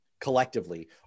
collectively